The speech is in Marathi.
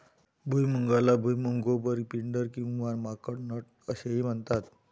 भुईमुगाला भुईमूग, गोबर, पिंडर किंवा माकड नट असेही म्हणतात